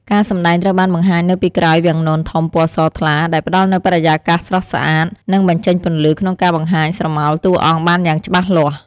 ការសម្តែងត្រូវបានបង្ហាញនៅពីក្រោយវាំងននធំពណ៌សថ្លា ដែលផ្ដល់នូវបរិយាកាសស្រស់ស្អាត និងបញ្ចេញពន្លឺក្នុងការបង្ហាញស្រមោលតួអង្គបានយ៉ាងច្បាស់លាស់ ។